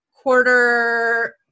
quarter